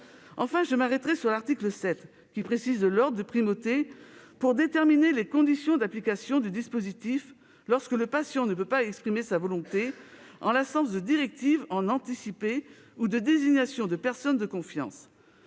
Enfin, je m'arrêterai sur l'article 7, qui précise l'ordre de primauté pour déterminer les conditions d'application du dispositif lorsque le patient ne peut pas exprimer sa volonté, en l'absence de directives anticipées ou de désignation de personne de confiance.